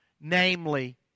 namely